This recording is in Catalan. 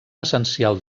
essencial